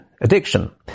addiction